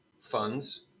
funds